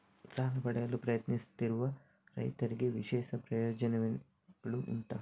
ಸಾಲ ಪಡೆಯಲು ಪ್ರಯತ್ನಿಸುತ್ತಿರುವ ರೈತರಿಗೆ ವಿಶೇಷ ಪ್ರಯೋಜನೆಗಳು ಉಂಟಾ?